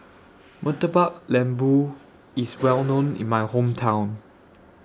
Murtabak Lembu IS Well known in My Hometown